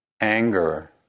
anger